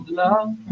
love